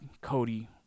Cody